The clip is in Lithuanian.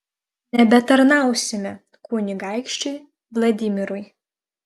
nebetarnausime kunigaikščiui vladimirui